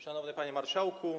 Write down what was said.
Szanowny Panie Marszałku!